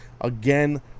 Again